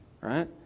right